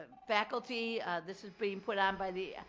faculty. this is being put on by the yeah